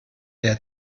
der